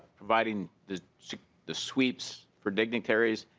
providing the the sweeps for dignitaries.